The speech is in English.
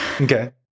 okay